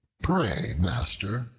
pray, master,